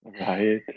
right